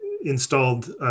installed